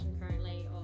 currently